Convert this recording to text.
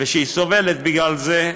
וסובלת בגלל זה,